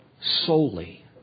solely